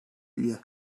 üye